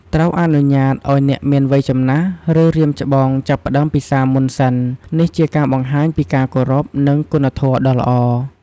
ត្រូវអនុញ្ញាតឱ្យអ្នកមានវ័យចំណាស់ ឬរៀមច្បងចាប់ផ្ដើមពិសារមុនសិន នេះជាការបង្ហាញពីការគោរព និងគុណធម៌ដ៏ល្អ។